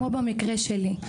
כמו במקרה שלי.